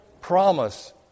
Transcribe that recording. promise